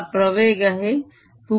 हा प्रवेग आहे